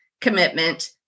commitment